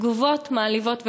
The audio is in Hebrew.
תגובות מעליבות וקשות.